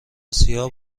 آسیا